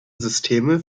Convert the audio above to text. systeme